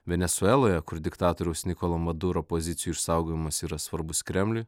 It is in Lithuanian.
venesueloje kur diktatoriaus nikolo maduro pozicijų išsaugojimas yra svarbus kremliui